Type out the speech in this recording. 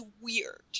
weird